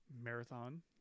Marathon